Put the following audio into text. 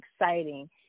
exciting